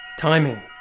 Timing